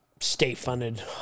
state-funded